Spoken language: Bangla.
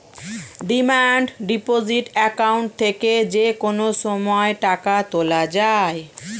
ডিমান্ড ডিপোসিট অ্যাকাউন্ট থেকে যে কোনো সময় টাকা তোলা যায়